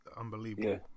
unbelievable